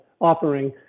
offering